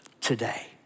today